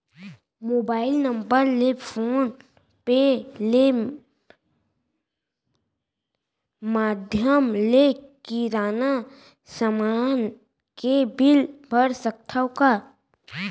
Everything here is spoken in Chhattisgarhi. मोबाइल नम्बर ले फोन पे ले माधयम ले किराना समान के बिल भर सकथव का?